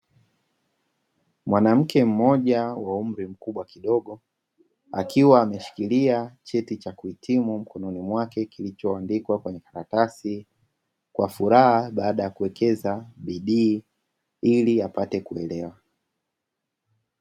Mwanamke mmoja wa umri mkubwa kidogo, akiwa ameshikilia cheti cha kuhitimu mkononi mwake, kilicho andikwa kwenye karatasi kwa furaha baada ya kuwekeza bidii ili apate kuelewa.